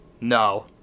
No